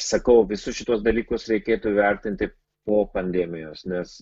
sakau visus šituos dalykus reikėtų vertinti po pandemijos nes